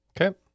Okay